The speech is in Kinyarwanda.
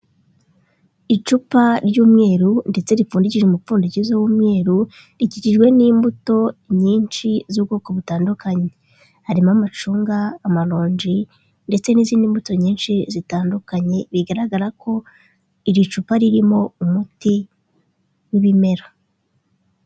Icupa ry'umweru ndetse ripfundikije umupfundikizo w'umweru rikikijwe n'imbuto nyinshi z'ubwoko butandukanye harimo amacunga amaronji ndetse n'izindi mbuto nyinshi zitandukanye bigaragara ko iri cupa ririmo umuti w'ibimera.